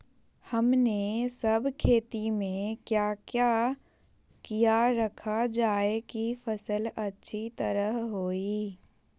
हमने सब खेती में क्या क्या किया रखा जाए की फसल अच्छी तरह होई?